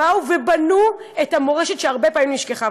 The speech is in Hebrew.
באו ובנו את המורשת שהרבה פעמים נשכחה.